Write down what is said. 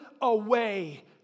away